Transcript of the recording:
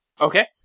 Okay